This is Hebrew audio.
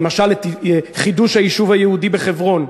למשל את חידוש היישוב היהודי בחברון,